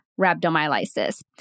rhabdomyolysis